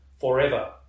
forever